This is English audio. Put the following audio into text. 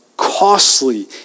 costly